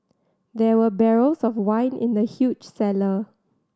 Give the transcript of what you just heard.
there were barrels of wine in the huge cellar